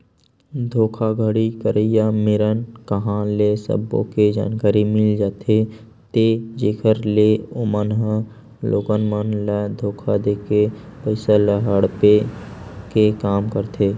धोखाघड़ी करइया मेरन कांहा ले सब्बो के जानकारी मिल जाथे ते जेखर ले ओमन ह लोगन मन ल धोखा देके पइसा ल हड़पे के काम करथे